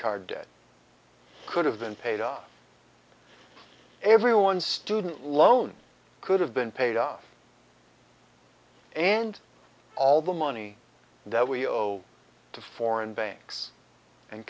card debt could have been paid on everyone student loan could have been paid off and all the money that we owe to foreign banks and